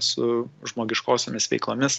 su žmogiškosiomis veiklomis